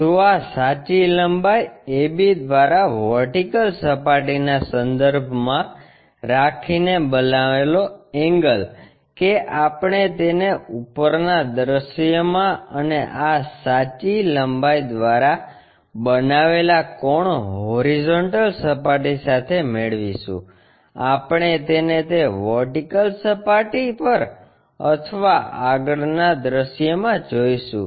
તો આ સાચી લંબાઈ AB દ્વારા વર્ટિકલ સપાટી ના સંદર્ભ મા રાખીને બનાવેલો એંગલ કે આપણે તેને ઉપરના દૃશ્યમાં અને આ સાચી લંબાઈ દ્વારા બનાવેલા કોણ હોરિઝોન્ટલ સપાટી સાથે મેળવીશું આપણે તેને તે વર્ટિકલ સપાટી પર અથવા આગળના દૃશ્યમાં જોઈશું